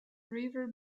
river